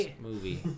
movie